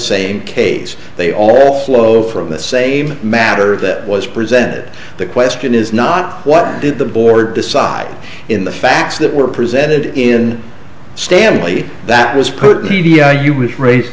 same case they all flow from the same matter that was presented the question is not what did the board decide in the facts that were presented in stanley that was